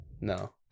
No